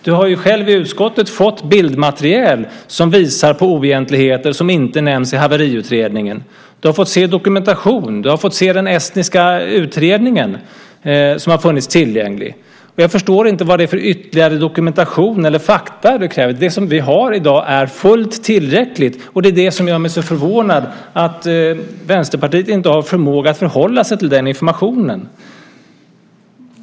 Du har ju själv i utskottet fått bildmateriel som visar på oegentligheter som inte nämns i haveriutredningen. Du har fått se dokumentation, du har fått se den estniska utredningen som har funnits tillgänglig. Jag förstår inte vad det är för ytterligare dokumentation eller fakta du kräver. Det som vi har i dag är fullt tillräckligt. Det som gör mig så förvånad är att Vänsterpartiet inte har förmåga att förhålla sig till den informationen.